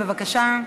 בבקשה.